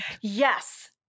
Yes